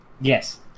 Yes